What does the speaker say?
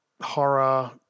horror